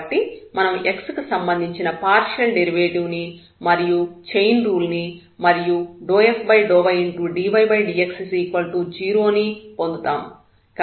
కాబట్టి మనం x కి సంబంధించిన పార్షియల్ డెరివేటివ్ ని మరియు చైన్ రూల్ ని మరియు ∂f∂ydydx 0 ని పొందుతాము